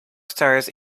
stars